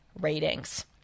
ratings